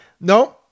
No